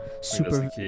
Super